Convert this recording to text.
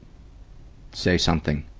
say something,